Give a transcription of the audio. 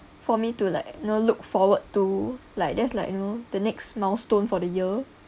for me to like you know look forward to like there's like you know the next milestone for the year